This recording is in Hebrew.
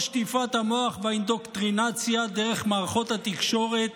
שטיפת המוח והאינדוקטרינציה דרך מערכות התקשורת,